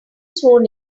sworn